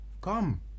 come